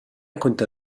كنت